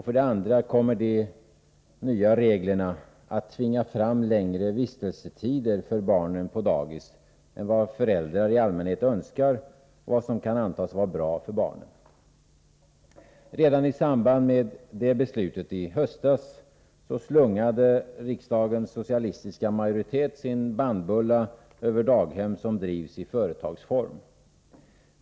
För det andra kommer de nya reglerna att tvinga fram längre vistelsetider för barnen på dagis än vad föräldrar i allmänhet önskar och vad som kan antas vara bra för barnen. Redan i samband med beslutet i höstas slungade riksdagens socialistiska majoritet sin bannbulla över daghem som drivs i företagsform.